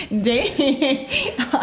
Dating